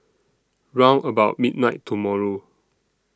round about midnight tomorrow